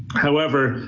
however,